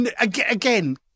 Again